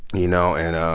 you know? and,